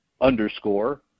underscore